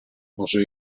może